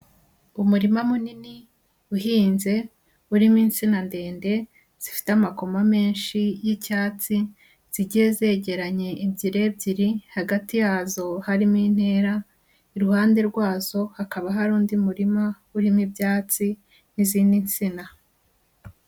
Umurima munini uhinze urimo insina ndende zifite amakoma menshi y'icyatsi zigiye zegeranye ebyiri ebyiri, hagati yazo harimo intera, iruhande rwazo hakaba hari undi murima urimo ibyatsi n'izindi nsina.